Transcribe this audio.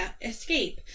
escape